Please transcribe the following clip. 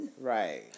Right